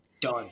Done